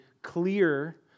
Clear